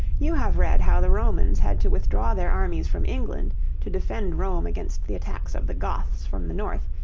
you have read how the romans had to withdraw their armies from england to defend rome against the attacks of the goths from the north,